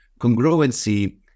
Congruency